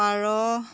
পাৰ